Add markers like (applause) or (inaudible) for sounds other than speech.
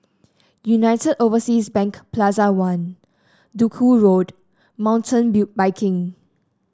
United Overseas Bank Plaza One Duku Road Mountain (unintelligible) Biking